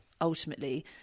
ultimately